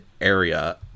area